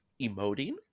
emoting